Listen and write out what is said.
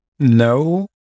No